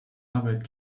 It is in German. arbeit